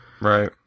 Right